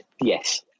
Yes